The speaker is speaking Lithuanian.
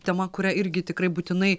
tema kurią irgi tikrai būtinai